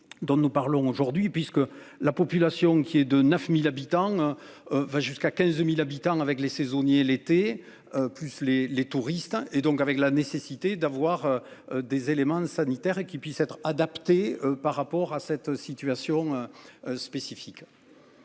dont nous parlons aujourd'hui puisque la population qui est de 9000 habitants. Va jusqu'à 15.000 habitants avec les saisonniers l'été plus les les touristes et donc avec la nécessité d'avoir des éléments de sanitaires et qui puissent être adaptées par rapport à cette situation. Spécifique.